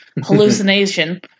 hallucination